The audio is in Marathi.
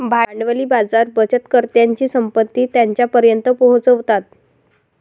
भांडवली बाजार बचतकर्त्यांची संपत्ती त्यांच्यापर्यंत पोहोचवतात